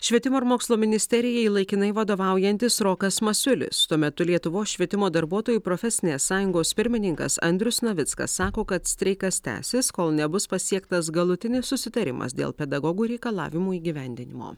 švietimo ir mokslo ministerijai laikinai vadovaujantis rokas masiulis tuo metu lietuvos švietimo darbuotojų profesinės sąjungos pirmininkas andrius navickas sako kad streikas tęsis kol nebus pasiektas galutinis susitarimas dėl pedagogų reikalavimų įgyvendinimo